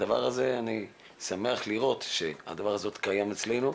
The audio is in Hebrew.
אני שמח לראות שהדבר הזה עוד קיים אצלנו.